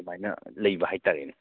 ꯑꯗꯨꯃꯥꯏꯅ ꯂꯩꯕ ꯍꯥꯏ ꯇꯥꯔꯦꯅꯦ